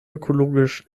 ökologisch